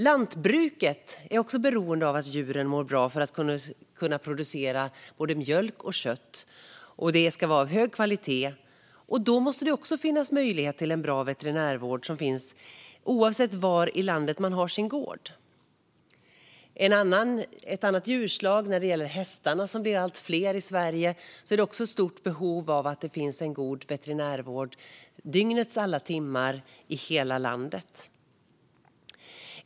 Lantbruket är också beroende av att djuren mår bra för att kunna producera mjölk och kött, och det ska vara av hög kvalitet. Då måste det finnas möjlighet att få bra veterinärvård, oavsett var i landet man har sin gård. Ett annat djurslag är hästarna som blir allt fler i Sverige. Där finns också ett stort behov av god veterinärvård dygnets alla timmar i hela landet.